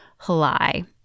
Halai